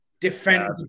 defend